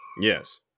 Yes